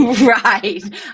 Right